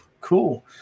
Cool